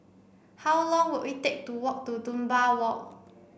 how long will it take to walk to Dunbar Walk